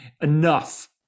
enough